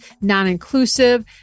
non-inclusive